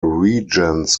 regents